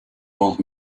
old